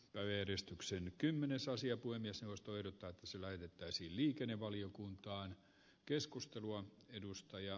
pöyristyksen kymmenesosia kuin miesjaosto ehdottaa sillä elvyttäisi arvoisa herra puhemies